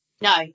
No